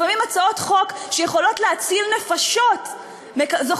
לפעמים הצעות חוק שיכולות להציל נפשות זוכות